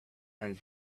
and